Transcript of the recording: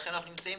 לכן אנו פה,